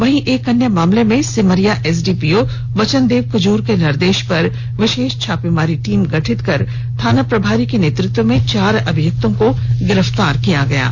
वहींएक अन्य मामले में सिमरिया एसडीपीओ वचनदेव कुजुर के निर्देश पर विशेष छापेमारी टीम गठित कर थाना प्रभारी के नेतृत्व में चार अभियुक्तों को गिरफ्तार किया गया है